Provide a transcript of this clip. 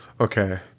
Okay